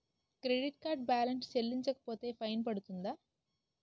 Credit card balance చెల్లించకపోతే fine పడ్తుంద?